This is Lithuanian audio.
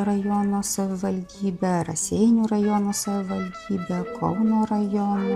rajono savivaldybė raseinių rajono savivaldybė kauno rajono